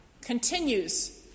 continues